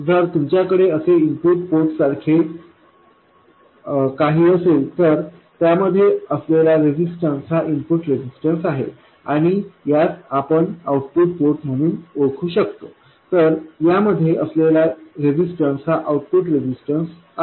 जर तुमच्याकडे असे इनपुट पोर्ट सारखे काही असेल तर त्यामध्ये असलेला रेजिस्टन्स हा इनपुट रेजिस्टन्स आहे आणि यास आपण आऊटपुट पोर्ट म्हणून ओळखू शकतो तर त्यामध्ये असलेला रेजिस्टन्स हा आऊटपुट रेजिस्टन्स आहे